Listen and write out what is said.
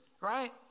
right